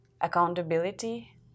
accountability